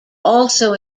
also